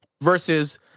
versus